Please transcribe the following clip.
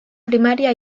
primaria